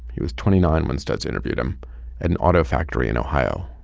he was twenty nine when studs interviewed him at an auto factory in ohio